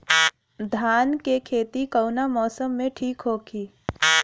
धान के खेती कौना मौसम में ठीक होकी?